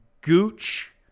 Gooch